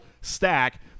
stack